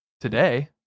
Today